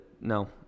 No